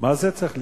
מה זה צריך להיות?